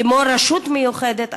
כמו רשות מיוחדת,